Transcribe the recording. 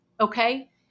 Okay